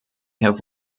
have